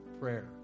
prayer